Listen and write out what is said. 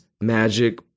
Magic